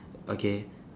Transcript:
okay